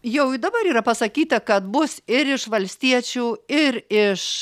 jau i dabar yra pasakyta kad bus ir iš valstiečių ir iš